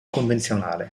convenzionale